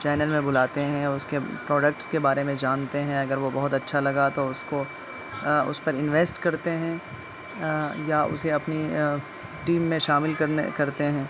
channel میں بلاتے ہیں اس کے پروڈکٹس کے بارے میں جانتے ہیں اگر وہ بہت اچھا لگا تو اس کو اس پر انویسٹ کرتے ہیں یا اسے اپنی ٹیم میں شامل کرنے کرتے ہیں